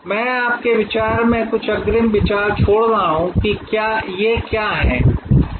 मैं आपके दिमाग में कुछ अग्रिम विचार छोड़ रहा हूं कि यह क्या है